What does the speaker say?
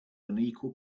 unequal